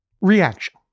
reaction